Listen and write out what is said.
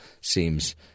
seems